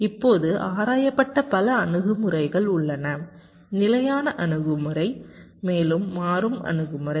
இப்போது ஆராயப்பட்ட பல அணுகுமுறைகள் உள்ளன நிலையான அணுகுமுறை மேலும் மாறும் அணுகுமுறை